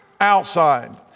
Outside